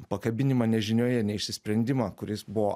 pakabinimą nežinioje neišsisprendimą kuris buvo